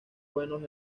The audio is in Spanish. buenos